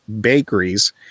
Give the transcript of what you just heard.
bakeries